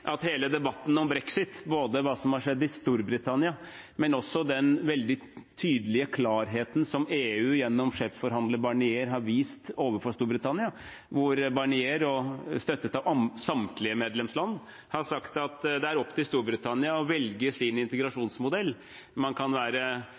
hele debatten om brexit, det som har skjedd i Storbritannia, men også den veldig tydelige klarheten som EU, gjennom sjefforhandler Barnier, har vist overfor Storbritannia. Barnier, støttet av samtlige medlemsland, har sagt at det er opp til Storbritannia å velge